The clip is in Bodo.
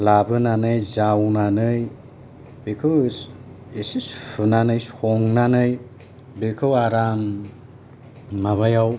लाबोनानै जावनानै बेखौ एसे सुनानै संनानै बेखौ आराम माबायाव